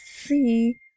see